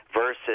versus